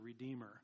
Redeemer